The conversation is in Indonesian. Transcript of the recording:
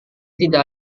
tidak